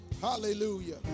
Hallelujah